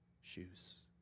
shoes